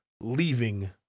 leaving